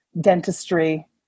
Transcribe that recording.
dentistry